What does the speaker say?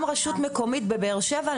גם הרשות המקומית בבאר שבע,